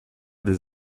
des